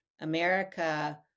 America